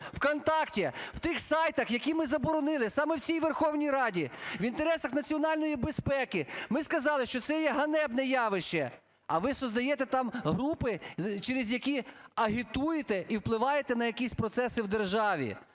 "ВКонтакті", в тих сайтах, які ми заборонили саме в цій Верховній Раді в інтересах національної безпеки, ми сказали, що це є ганебне явище, а ви создаєте там групи, через які агітуєте і впливаєте на якісь процеси в державі.